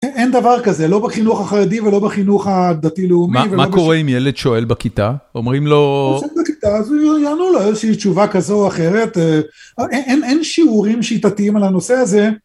אין דבר כזה, לא בחינוך החיידי ולא בחינוך הדתי-לאומי. מה קורה אם ילד שואל בכיתה, אומרים לו... הוא שואל בכיתה, אז הוא יענו לו איזושהי תשובה כזו או אחרת, אין שיעורים שיטתיים על הנושא הזה.